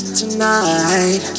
tonight